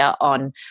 on